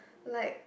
like